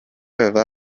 aveva